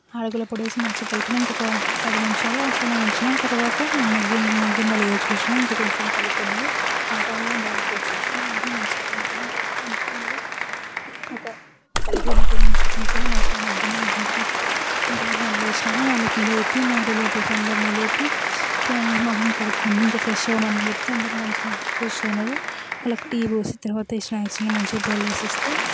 యాలకుల పొడి వేసి మంచిగా కలిపిన ఇంకొక పది నిమిషాలు అట్లనే ఉంచిన తర్వాత మగ్గిన మగ్గిందా లేదా చూసిన ఇంకొంచెం పలుకు ఉన్నది ఆ టైంలోనే డ్రై ఫ్రూట్స్ వేసిన వేసి మంచి కలిపి తర్వాత ఇంకా మళ్ళీ ఒక పదిహేను ఇరవై నిమిషాలు ఉంచిన మంచిగా మగ్గింది మగ్గిన తర్వాత అంతలోపు వాళ్లు లేచినారు వాళ్ళకి లేపి మా రిలేటివ్స్ అందరినీ లేపి ముఖం కడుక్కోమని చెప్పిఇంకా ఫ్రెష్ అవమని చెప్తే అందరూ మంచిగా ఫ్రెష్ అయినారు వాళ్లకు టీ పోసి తర్వాత స్నాక్స్ మంచిగా బౌల్లో వేసిస్తే